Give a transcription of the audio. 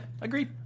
agreed